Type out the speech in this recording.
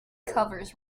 covers